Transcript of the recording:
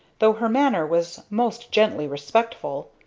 though her manner was most gently respectful.